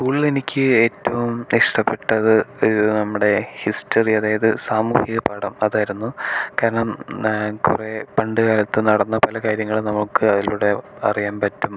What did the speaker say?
സ്കൂളിലെനിക്ക് ഏറ്റവും ഇഷ്ടപ്പെട്ടത് ഒരു നമ്മുടെ ഹിസ്റ്ററി അതായത് സാമൂഹ്യപാഠം അതായിരുന്നു കാരണം കുറെ പണ്ട് കാലത്ത് നടന്ന പല കാര്യങ്ങളും നമുക്ക് അതിലൂടെ അറിയാൻ പറ്റും